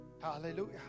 hallelujah